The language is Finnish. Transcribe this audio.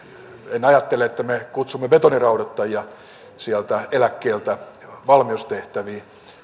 en ajattele että me kutsumme betoniraudoittajia eläkkeeltä valmiustehtäviin